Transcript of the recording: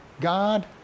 God